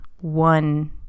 one